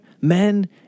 men